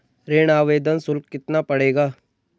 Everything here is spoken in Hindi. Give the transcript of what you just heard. ऋण आवेदन शुल्क कितना पड़ेगा?